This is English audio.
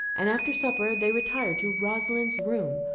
and after supper they retired to rosalind's room,